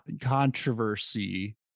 controversy